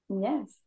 yes